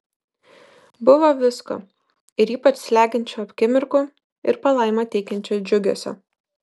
buvo visko ir ypač slegiančių akimirkų ir palaimą teikiančio džiugesio